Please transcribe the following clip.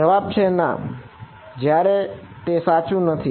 જવાબ છે ના જયારે તે સાચું નથી